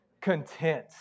content